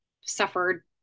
suffered